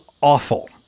awful